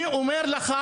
אני אומר לך